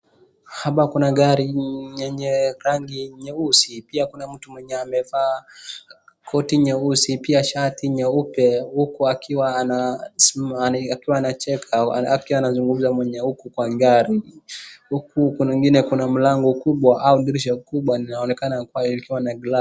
Hapa kuna gari yenye rangi nyeusi pia kuna mtu mwenye amevaa koti nyeusi pia shati nyeupe huku akiwa anacheka akiwa anazungumza mwenye huku kwa gari. Huku kunaingine kuna mlango kubwa au dirisha linaonekana kuwa lilkuwa na glasi.